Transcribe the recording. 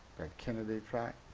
kennedy track?